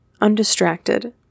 undistracted